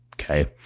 Okay